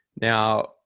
Now